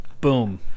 Boom